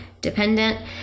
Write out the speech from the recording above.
dependent